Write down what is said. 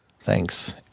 Thanks